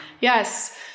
Yes